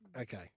okay